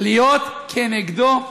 להיות כנגדו,